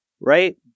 right